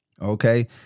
Okay